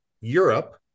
Europe